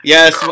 Yes